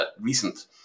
recent